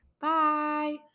Bye